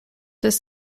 this